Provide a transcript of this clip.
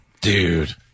Dude